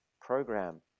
program